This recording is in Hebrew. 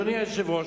אדוני היושב-ראש,